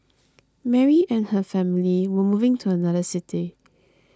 Mary and her family were moving to another city